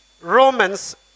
Romans